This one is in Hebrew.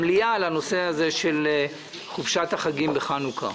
המליאה לנושא הזה של חופשת החגים בחנוכה.